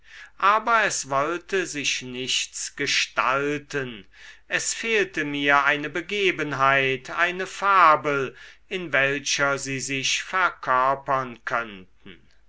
aber es wollte sich nichts gestalten es fehlte mir eine begebenheit eine fabel in welcher sie sich verkörpern